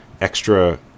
Extra